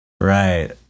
Right